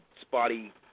spotty